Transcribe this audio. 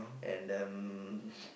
and um